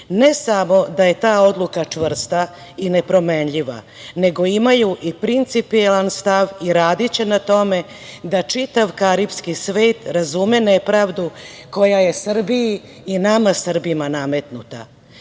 ne samo da je ta odluka čvrsta i nepromenljiva, nego imaju i principijelan stav i radiće na tome da čitav karipski svet razume nepravdu koja je Srbiji i nama Srbima nametnuta. Srbija